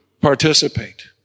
participate